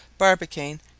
Barbicane